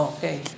Okay